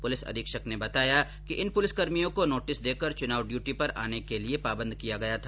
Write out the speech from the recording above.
police अधीक्षक ने बताया कि इन पुलिसकर्मियों को नोटिस देकर चुनाव ड्यूटी पर आने के लिए पाबंद किया गया था